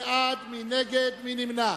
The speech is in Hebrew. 22 בעד, 44 נגד, אחד נמנע.